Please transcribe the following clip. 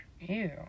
ew